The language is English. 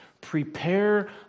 prepare